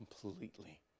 completely